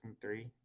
three